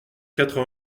quatre